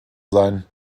sein